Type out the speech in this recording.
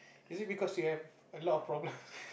is it because you have a lot of problems